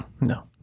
No